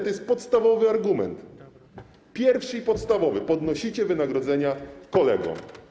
To jest podstawowy argument, pierwszy i podstawowy: podnosicie wynagrodzenia kolegom.